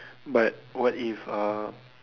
but what if uh